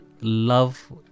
love